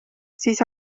siis